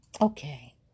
Okay